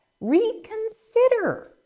Reconsider